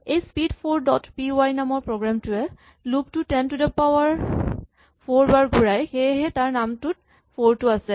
এই speed for dot P Y নামৰ program টোৱে লুপ টো ten to the power for বাৰ ঘূৰায় সেয়েহে তাৰ নামটোত ফ'ৰ টো আছে